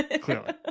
Clearly